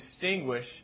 distinguish